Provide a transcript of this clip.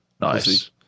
Nice